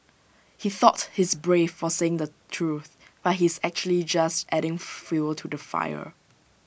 he thought he's brave for saying the truth but he's actually just adding fuel to the fire